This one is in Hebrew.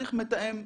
צריך מתאם בריאות.